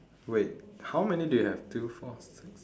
wait how many do you have two four six